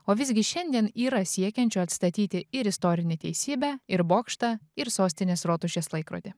o visgi šiandien yra siekiančių atstatyti ir istorinę teisybę ir bokštą ir sostinės rotušės laikrodį